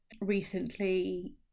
recently